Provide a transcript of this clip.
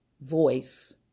voice